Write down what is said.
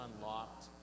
unlocked